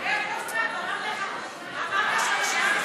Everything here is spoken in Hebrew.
תודה.